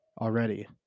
already